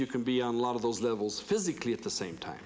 you can be on a lot of those levels physically at the same time